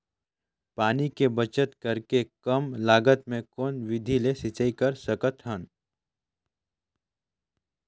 पानी के बचत करेके कम लागत मे कौन विधि ले सिंचाई कर सकत हन?